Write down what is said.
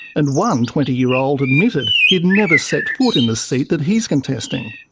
and one twenty year old admitted he'd never set foot in the seat that he's contesting.